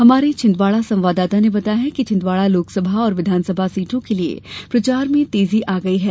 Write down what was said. हमारे छिंदवाड़ा संवाददाता ने बताया कि छिंदवाड़ा लोकसभा और विधानसभा सीटों के लिये प्रचार में तेजी आई है